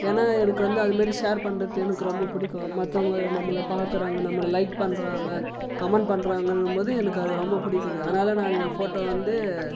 ஏன்னா எனக்கு வந்து அதுமாதிரி ஷேர் பண்றது எனக்கு ரொம்ப பிடிக்கும் மற்றவங்க நம்மளை பாக்கிறாங்க நம்மளை லைக் பண்ணுறாங்க கமெண்ட் பண்ணுறாங்கன்னும் போது எனக்கு அது ரொம்ப பிடிக்குது அதனால நான் என் ஃபோட்டோவை வந்து